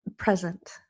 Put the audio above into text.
present